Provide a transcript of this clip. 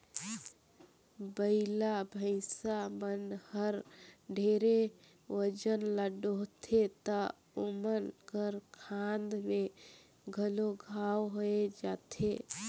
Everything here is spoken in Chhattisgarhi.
बइला, भइसा मन हर ढेरे ओजन ल डोहथें त ओमन कर खांध में घलो घांव होये जाथे